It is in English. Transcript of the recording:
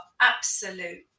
absolute